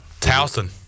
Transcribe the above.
towson